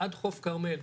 עד חוף כרמל.